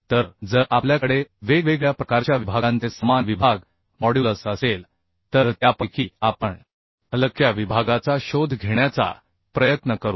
तर जर आपल्याकडे वेगवेगळ्या प्रकारच्या विभागांचे समान विभाग मॉड्यूलस असेल तर त्यापैकी आपण हलक्या विभागाचा शोध घेण्याचा प्रयत्न करू